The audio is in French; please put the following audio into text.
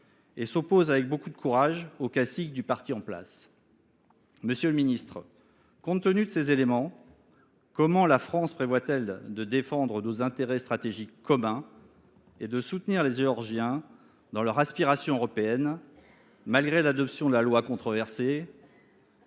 et s’oppose avec beaucoup de courage aux caciques du parti en place. Monsieur le ministre, compte tenu de ces éléments, comment la France prévoit elle de défendre nos intérêts stratégiques communs et de soutenir les Géorgiens dans leur aspiration européenne, malgré l’adoption de la loi controversée,